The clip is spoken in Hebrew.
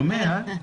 דומה, הא?